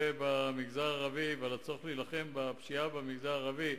במגזר הערבי ועל הצורך להילחם בפשיעה במגזר הערבי.